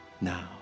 now